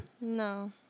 No